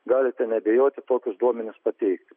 galite neabejoti tokius duomenis pateikti